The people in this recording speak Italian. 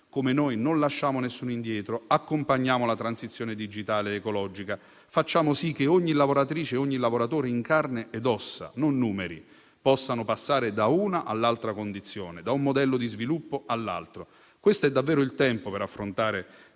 come noi non lasciamo nessuno indietro, accompagniamo la transizione digitale ed ecologica e facciamo sì che ogni lavoratrice e ogni lavoratore - in carne ed ossa, non ridotti a numeri - possano passare da una all'altra condizione, da un modello di sviluppo all'altro. Questo è davvero il tempo per affrontare